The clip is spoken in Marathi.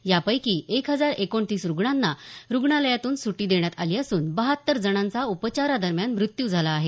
यापैकी एक हजार एकोणतीस रुग्णांना रुग्णालयातून सुटी देण्यात आली असून बहात्तर जणांचा उपचारादरम्यान मृत्यू झाला आहे